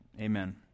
Amen